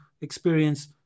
experience